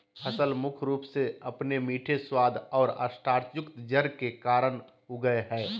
फसल मुख्य रूप से अपने मीठे स्वाद और स्टार्चयुक्त जड़ के कारन उगैय हइ